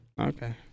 Okay